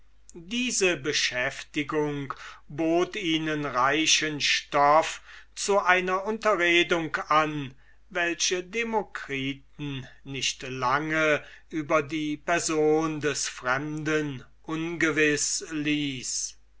diese beschäftigung bot ihnen reichen stoff zu einer unterredung an welche den demokritus nicht lang über die person des fremden ungewiß ließ